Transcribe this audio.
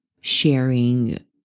sharing